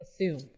assume